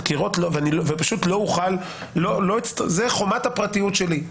זאת חומת הפרטיות שלי.